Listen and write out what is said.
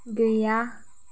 गैया